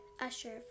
Usher